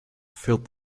filled